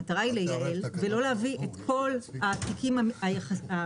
המטרה היא לייעל ולא להביא את כל התיקים "המיותרים",